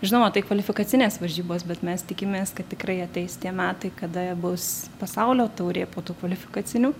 žinoma tai kvalifikacinės varžybos bet mes tikimės kad tikrai ateis tie metai kada bus pasaulio taurė po tų kvalifikacinių